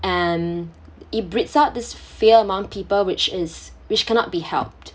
and it breeds out this fear among people which is which cannot be helped